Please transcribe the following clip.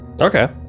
Okay